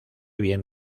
bien